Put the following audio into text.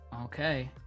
Okay